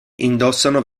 indossano